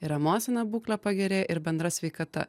ir emocinė būklė pagerė ir bendra sveikata